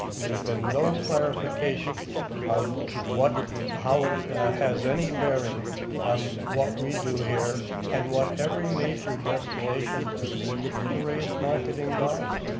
and there's been no clarification of how it has any bearing on what we do here and what every major destination does to raise marketing dollars.